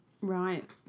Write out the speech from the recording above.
right